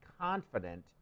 confident